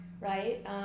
Right